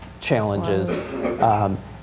challenges